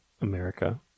America